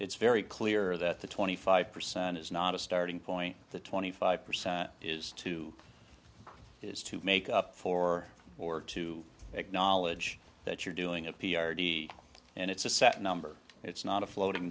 it's very clear that the twenty five percent is not a starting point the twenty five percent is too it's to make up for or to acknowledge that you're doing a p r t and it's a set number it's not a floating